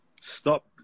stop